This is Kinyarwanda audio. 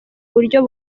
buryo